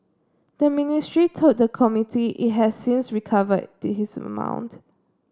the ministry told the committee it has since recovered this his amount